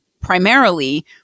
primarily